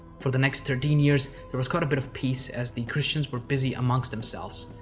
for the next thirteen years, there was quite a bit of peace as the christians were busy amongst themselves.